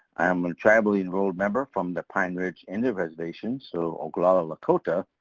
i am and tribally enrolled member from the pineridge indo-reservations, so oglala lakota,